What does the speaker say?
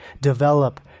develop